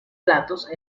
platos